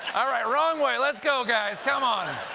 all right, wrong way, let's go, guys. come on!